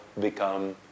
become